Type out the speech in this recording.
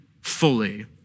fully